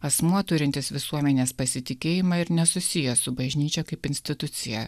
asmuo turintis visuomenės pasitikėjimą ir nesusijęs su bažnyčia kaip institucija